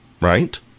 Right